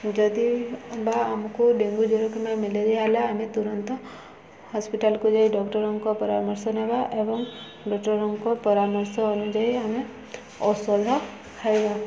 ଯଦି ବା ଆମକୁ ଡେଙ୍ଗୁ ଜ୍ଵର କିମ୍ବା ମ୍ୟାଲେରିଆ ହେଲା ଆମେ ତୁରନ୍ତ ହସ୍ପିଟାଲକୁ ଯାଇ ଡକ୍ଟରଙ୍କ ପରାମର୍ଶ ନେବା ଏବଂ ଡକ୍ଟରଙ୍କ ପରାମର୍ଶ ଅନୁଯାୟୀ ଆମେ ଔଷଧ ଖାଇବା